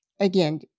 again